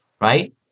Right